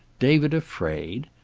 david afraid!